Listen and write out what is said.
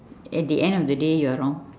at the end of the day you are wrong